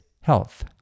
health